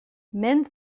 mend